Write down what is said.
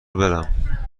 برم